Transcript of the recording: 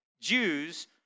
Jews